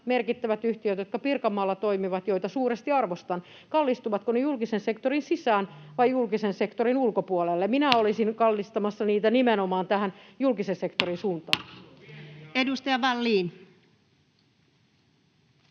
merkittävät yhtiöt, jotka Pirkanmaalla toimivat ja joita suuresti arvostan, julkisen sektorin sisään vai julkisen sektorin ulkopuolelle. Minä olisin kallistamassa niitä nimenomaan tähän julkisen sektorin suuntaan.